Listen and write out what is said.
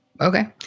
okay